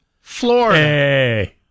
Florida